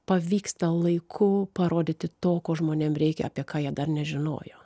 pavyksta laiku parodyti to ko žmonėm reikia apie ką jie dar nežinojo